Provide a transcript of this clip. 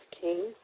king